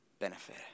benefit